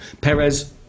Perez